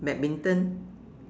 badminton